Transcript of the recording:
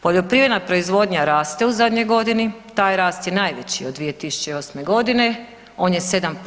Poljoprivredna proizvodnja raste u zadnjoj godini, taj rast je najveći od 2008.g. on je 7%